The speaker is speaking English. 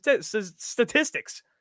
statistics